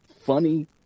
funny